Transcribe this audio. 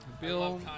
Bill